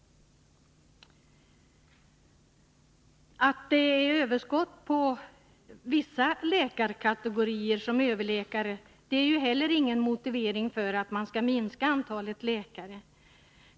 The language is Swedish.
Att det är överskott på vissa läkarkategorier, som överläkare, är ju heller ingen motivering för att man skall minska antalet läkare.